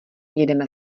jedeme